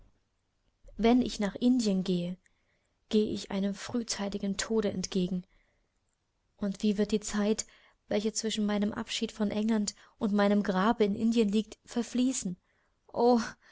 wenn ich nach indien gehe gehe ich einem frühzeitigen tode entgegen und wie wird die zeit welche zwischen meinem abschied von england und meinem grabe in indien liegt verfließen